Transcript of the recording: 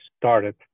started